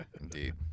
Indeed